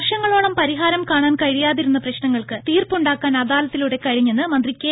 വർഷങ്ങളോളം പരിഹാരം കാണാൻ കഴിയാതിരുന്ന പ്രശ്നങ്ങൾക്ക് തീർപ്പുണ്ടാക്കാൻ അദാലത്തിലൂടെ കഴിഞ്ഞെന്ന് മന്ത്രി കെ